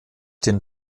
den